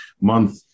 month